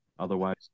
Otherwise